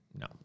No